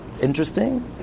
interesting